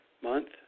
Month